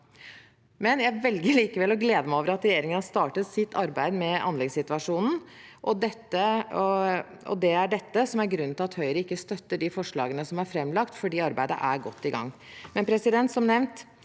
selv. Jeg velger likevel å glede meg over at regjeringen har startet sitt arbeid med anleggssituasjonen, og det er dette som er grunnen til at Høyre ikke støtter de framlagte forslagene – at arbeidet er godt i gang. Men som nevnt: